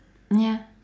ya